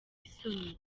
isoni